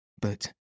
but